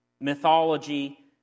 mythology